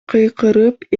кыйкырып